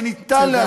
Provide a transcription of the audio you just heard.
שאפשר להשיג.